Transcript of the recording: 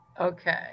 Okay